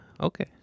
Okay